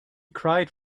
cried